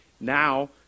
now